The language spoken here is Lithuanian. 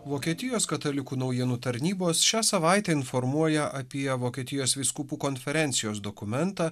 vokietijos katalikų naujienų tarnybos šią savaitę informuoja apie vokietijos vyskupų konferencijos dokumentą